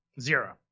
Zero